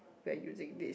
we're using this